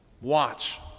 Watch